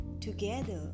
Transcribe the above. Together